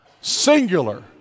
singular